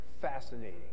fascinating